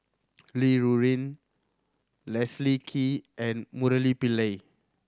Li Rulin Leslie Kee and Murali Pillai